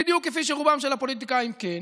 בדיוק כפי שרוב הפוליטיקאים כן,